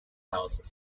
house